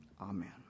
Amen